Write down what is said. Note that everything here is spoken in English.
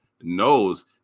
knows